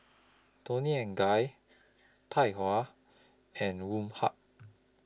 Toni and Guy Tahuna and Woh Hup